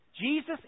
Jesus